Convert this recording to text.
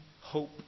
hope